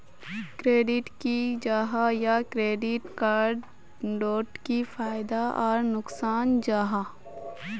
Credit की जाहा या क्रेडिट कार्ड डोट की फायदा आर नुकसान जाहा?